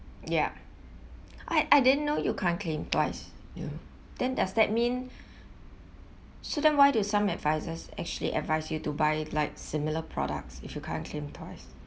ya I I didn't know you can't claim twice you then does that mean so then why do some advisors actually advice you to buy like similar products if you can't claim twice